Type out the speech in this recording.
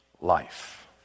life